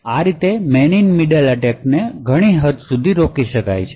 આ રીતે man in middle અટેકને ઘણી હદ સુધી રોકી શકાય છે